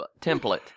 Template